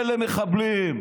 אלה מחבלים.